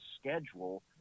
schedule